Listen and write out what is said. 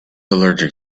allergic